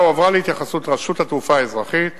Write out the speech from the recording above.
לרשות התעופה האזרחית